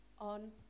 on